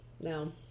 No